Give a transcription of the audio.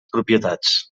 propietats